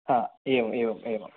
हा एवम् एवम् एवं